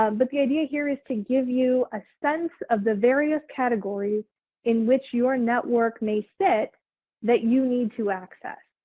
um but the idea here is to give you a sense of the various categories in which your network may sit that you need to access.